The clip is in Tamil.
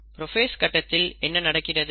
புரோஃபேஸ் கட்டத்தில் என்ன நடக்கிறது